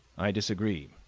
i disagree,